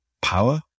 Power